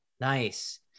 Nice